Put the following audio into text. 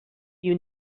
you